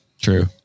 true